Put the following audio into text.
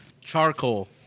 Charcoal